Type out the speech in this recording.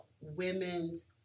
women's